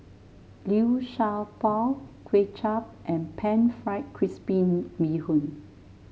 Liu Sha Bao Kuay Chap and pan fried crispy Bee Hoon